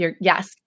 Yes